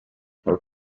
her